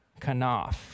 kanaf